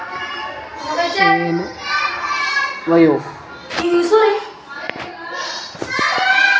ಎನಾರೇ ಸಾಮಾನ್ ಖರ್ದಿ ಮಾಡ್ದಾಗ್ ನಾವ್ ಕ್ರೆಡಿಟ್ ಕಾರ್ಡ್ ಲಿಂತ್ ರೊಕ್ಕಾ ಕೊಡ್ಲಕ್ ಬರ್ತುದ್